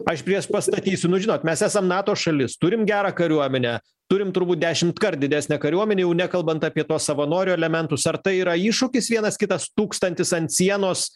aš priešpastatysiu nu žinot mes esam nato šalis turim gerą kariuomenę turim turbūt dešimtkart didesnę kariuomenę jau nekalbant apie tuos savanorių elementus ar tai yra iššūkis vienas kitas tūkstantis ant sienos